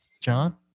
John